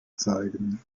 zeigen